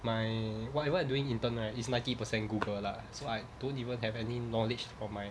my whatever I'm doing intern right is ninety percent google lah so I don't even have any knowledge of my